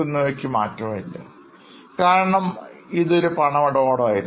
Shop Receivables മാറ്റമില്ല കാരണം ഇതൊരു പണമിടപാട് ആയിരുന്നു